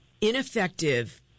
ineffective